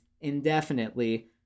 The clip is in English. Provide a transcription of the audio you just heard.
indefinitely